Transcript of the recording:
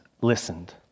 listened